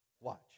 Watch